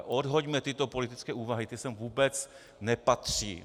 Odhoďme tyto politické úvahy, ty sem vůbec nepatří.